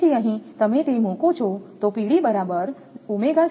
તેથી અહીં તમે મૂકો છો